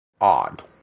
odd